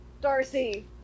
Darcy